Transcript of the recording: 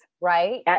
Right